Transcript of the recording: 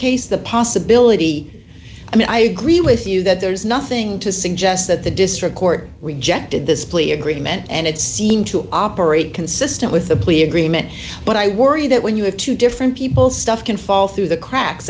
case the possibility i mean i agree with you that there is nothing to suggest that the district court rejected this plea agreement and it seemed to operate consistent with the plea agreement but i worry that when you have two different people stuff can fall through the cracks